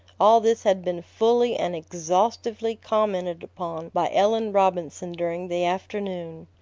all this had been fully and exhaustively commented upon by ellen robinson during the afternoon.